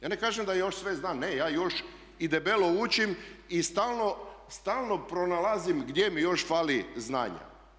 Ja ne kažem da još sve znam, ne ja još i debelo učim i stalno pronalazim gdje mi još fali znanja.